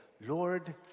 Lord